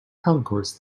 concourse